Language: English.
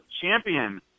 champion